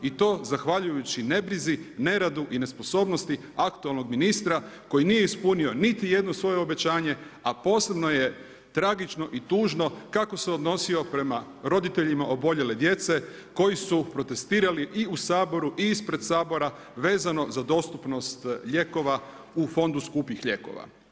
I to zahvaljujući nebrizi, neradu, i nesposobnosti aktualnog ministra koji nije ispunio niti jedno svoje obećanje a posebno je tragično i tužno kako se odnosio prema roditeljima oboljele djece koji su protestirali i u Saboru i ispred Sabora vezano za dostupnost lijekova u fondu skupih lijekova.